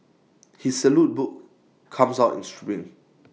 his saute book comes out in